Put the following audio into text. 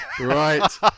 right